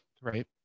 right